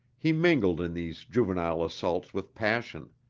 he mingled in these juvenile assaults with passion.